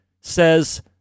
says